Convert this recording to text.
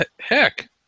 heck